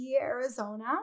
Arizona